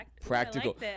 Practical